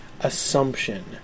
assumption